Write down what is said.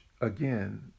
again